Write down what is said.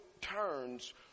turns